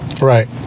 Right